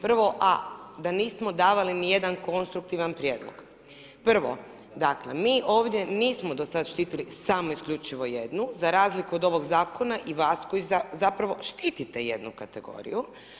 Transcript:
Prvo A da nismo davali ni jedan konstruktivan prijedlog, prvo, dakle, mi ovdje nismo do sada štitili samo isključivo jednu, za razliku od ovog zakona i vas koji zapravo štitite jednu kategoriju.